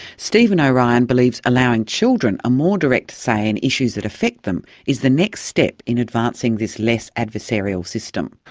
stephen o'ryan believes allowing children a more direct say in issues that affect them is the next step in advancing this less adversarial system.